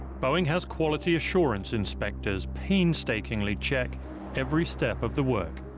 boeing has quality assurance inspectors painstakingly check every step of the work.